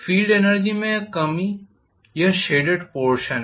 field energy में कमी यह शेडेड पोर्षन है